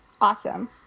Awesome